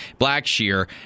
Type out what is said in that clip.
Blackshear